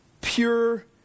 pure